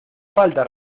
falta